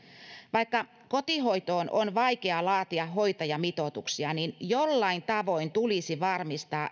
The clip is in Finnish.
vaikka kotihoitoon on vaikea laatia hoitajamitoituksia niin jollain tavoin tulisi varmistaa